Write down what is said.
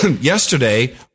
yesterday